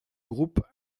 groupe